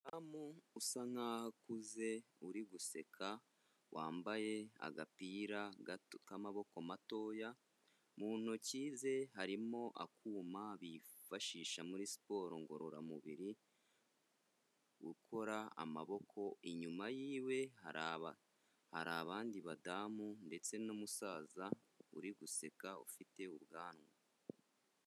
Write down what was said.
Umudamu usa nkaho akuze uri guseka, wambaye agapira gato k'amaboko matoya, mu ntoki ze harimo akuma bifashisha muri siporo ngororamubiri, gukora amaboko, inyuma y'iwe hari abandi badamu ndetse n'umusaza uri guseka ufite ubwanwa.